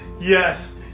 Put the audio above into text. yes